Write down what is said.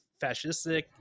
fascistic